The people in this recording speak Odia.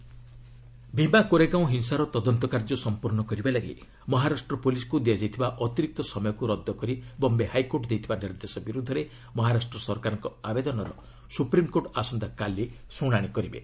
ଏସ୍ସି ମହା ଗଭ୍ଟ୍ ଭୀମା କୋରେଗାଓଁ ହିଂସାର ତଦନ୍ତ କାର୍ଯ୍ୟ ସମ୍ପର୍ଣ୍ଣ କରିବାଲାଗି ମହାରାଷ୍ଟ୍ର ପୁଲିସ୍କୁ ଦିଆଯାଇଥିବା ଅତିରିକ୍ତ ସମୟକୁ ରଦ୍ଦ କରି ବମ୍ବେ ହାଇକୋର୍ଟ ଦେଇଥିବା ନିର୍ଦ୍ଦେଶ ବିରୁଦ୍ଧରେ ମହାରାଷ୍ଟ୍ର ସରକାରଙ୍କ ଆବେଦନର ସୁପ୍ରିମ୍କୋର୍ଟ ଆସନ୍ତାକାଲି ଶୁଣାଣି କରିବେ